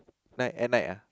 night at night lah